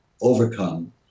overcome